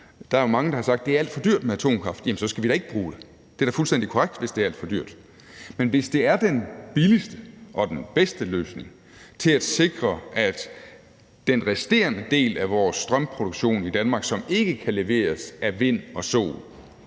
Der er mange, der har sagt, at det er alt for dyrt med atomkraft. Jamen så skal vi da ikke bruge det – det er da fuldstændig korrekt – hvis det er alt for dyrt. Men hvis det er den billigste og den bedste løsning til at sikre, at den resterende del af vores strømproduktion i Danmark, som ikke kan leveres af vind og sol,